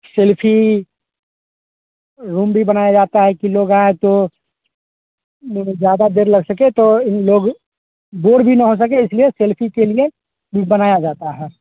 selfie room भी बनाया जाता है कि लोग आएँ तो ज़्यादा देर लग सके तो इन लोग बोर भी न हो सके इसलिए सेल्फ़ी के लिए यह बनाया जाता है